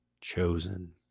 chosen